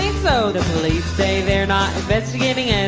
so. the police say they're not investigating at